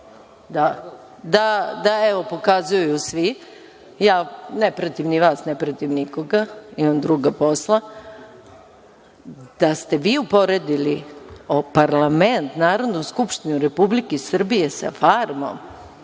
da evo pokazuju svi, ja ne protiv ni vas ne protiv nikoga, imam druga posla, da ste vi uporedili parlament, Narodnu skupštinu Republike Srbije sa „Farmom“,